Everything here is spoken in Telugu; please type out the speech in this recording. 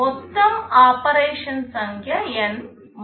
మొత్తం ఆపరేషన్ సంఖ్య N